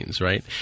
Right